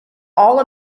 all